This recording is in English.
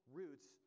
roots